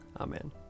Amen